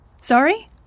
sorry